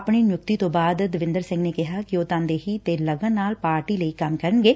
ਆਪਣੀ ਨਿਯੁਕਤੀ ਤੋਂ ਬਾਅਦ ਦਵਿਦਰ ਸਿੰਘ ਨੇ ਕਿਹਾ ਕਿ ਉਹ ਤਨਦੇਹੀ ਤੇ ਲਗਨ ਨਾਲ ਪਾਰਟੀ ਲਈ ਕੰਮ ਕਰਨਗੇ